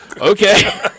Okay